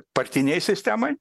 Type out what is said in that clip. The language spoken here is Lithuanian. partinei sistemai